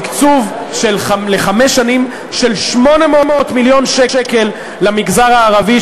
תקצוב לחמש שנים של 800 שקל למגזר הערבי,